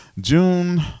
June